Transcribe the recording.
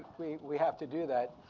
we we have to do that.